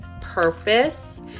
purpose